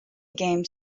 games